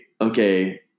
okay